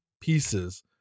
pieces